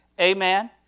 Amen